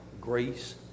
grace